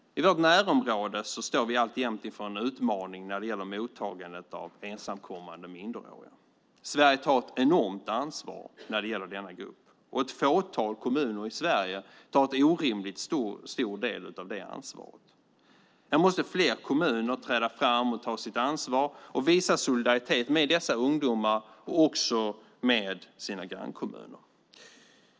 I vårt närområde står vi alltjämt inför en utmaning när det gäller mottagande av ensamkommande minderåriga. Sverige tar ett enormt ansvar när det gäller denna grupp. Ett fåtal kommuner i Sverige tar en orimligt stor del av det ansvaret. Fler kommuner måste träda fram, ta sitt ansvar, visa solidaritet med dessa ungdomar och med sina grannkommuner.